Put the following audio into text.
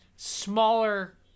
Smaller